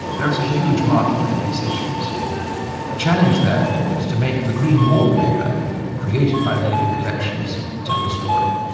there is a huge market for these issues the challenge therefore is to make the green wallpaper created by the living collections tell a story.